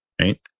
right